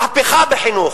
מהפכה בחינוך,